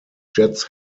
jets